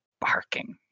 barking